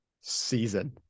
season